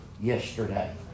yesterday